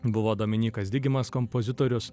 buvo dominykas digimas kompozitorius